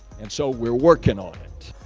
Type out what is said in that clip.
and so, we're working on it.